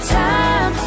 time